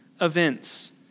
events